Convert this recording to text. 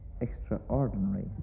extraordinary